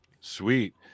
Sweet